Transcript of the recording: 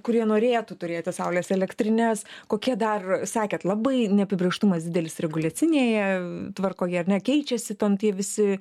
kurie norėtų turėti saulės elektrines kokie dar sakėt labai neapibrėžtumas didelis reguliacinėje tvarkoj ar ne keičiasi ten visi